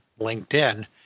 LinkedIn